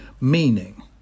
meaning